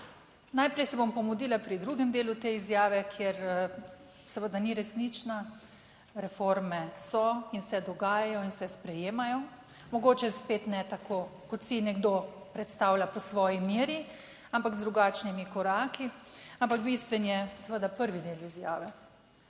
Najprej se bom pomudila pri drugem delu te izjave, kjer, seveda ni resnična. Reforme so in se dogajajo in se sprejemajo, mogoče spet ne tako kot si nekdo predstavlja po svoji meri, ampak z drugačnimi koraki, ampak bistven je seveda prvi del izjave,